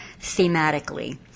thematically